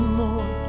more